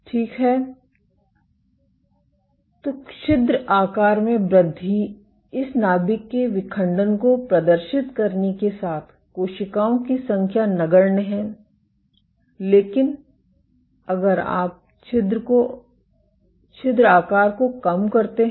ठीक है तो छिद्र आकार में वृद्धि इस नाभिक के विखंडन को प्रदर्शित करने के साथ कोशिकाओं की संख्या नगण्य है लेकिन अगर आप छिद्र आकार को कम करते हैं